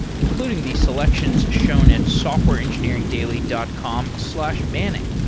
including these selections shown at softwareengineeringdaily dot com slash manning.